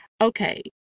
Okay